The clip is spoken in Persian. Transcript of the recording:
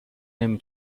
نمی